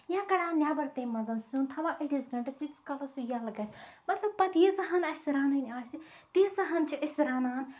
یا کڑان نٮ۪بر تَمہِ منٛز سیُن تھوان أڑس گَنٹَس ییٚتِس کالَس سُہ ییٚلہٕ گژھِ مطلب پَتہٕ ییٖژاہ ہن اَسہِ رَنٕنۍ آسہِ تیژاہ ہن چھِ أسۍ رَنان